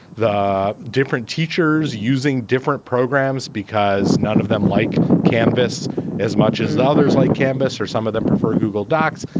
the different teachers using different programs because none of them like canvas as much as others like canvas or some of them prefer google docs.